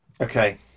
Okay